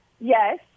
yes